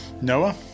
noah